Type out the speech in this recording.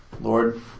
Lord